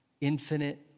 Infinite